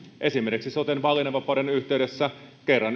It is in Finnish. esimerkiksi soten valinnanvapauden yhteydessä kerran